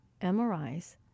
MRIs